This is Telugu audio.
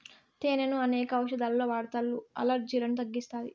తేనెను అనేక ఔషదాలలో వాడతారు, అలర్జీలను తగ్గిస్తాది